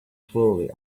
slowly